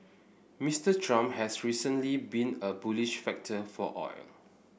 Mister Trump has recently been a bullish factor for oil